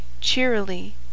cheerily